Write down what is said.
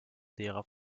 derer